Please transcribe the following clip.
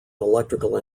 electrical